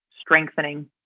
strengthening